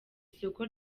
soko